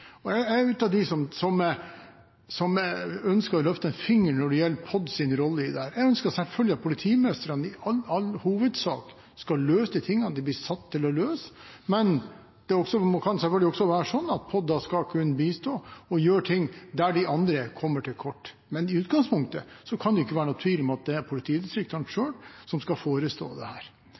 Jeg er blant dem som ønsker å løfte en finger når det gjelder PODs rolle i dette. Jeg ønsker selvfølgelig at politimestrene i all hovedsak skal løse de oppgavene de blir satt til å løse, men det kan selvfølgelig også være slik at POD skal kunne bistå og gjøre noe der de andre kommer til kort. Men i utgangspunktet kan det ikke være noen tvil om at det er politidistriktene selv som skal forestå dette. Jeg har også sett på det